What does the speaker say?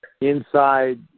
inside